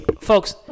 folks